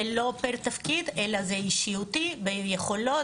זה לא פר תפקיד אלא זה אישיותי ולפי יכולות.